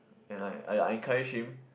and I I encourage him